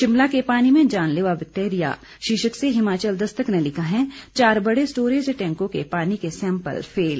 शिमला के पानी में जानलेवा बैक्टीरिया शीर्षक से हिमाचल दस्तक ने लिखा है चार बड़े स्टोरेज टैंकों के पानी के सैंपल फेल